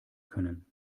können